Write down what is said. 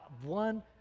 one